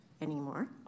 anymore